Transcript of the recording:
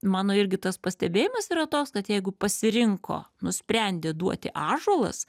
mano irgi tas pastebėjimas yra toks kad jeigu pasirinko nusprendė duoti ąžuolas